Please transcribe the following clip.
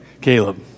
Caleb